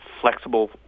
flexible